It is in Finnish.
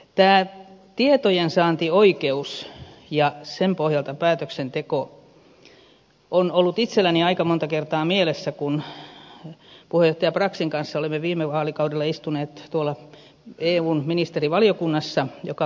tämä tietojensaantioikeus ja sen pohjalta päätöksenteko on ollut itselläni aika monta kertaa mielessä kun puheenjohtaja braxin kanssa olemme viime vaalikaudella istuneet eun ministerivaliokunnassa joka perjantaiaamu